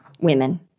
women